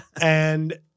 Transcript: And-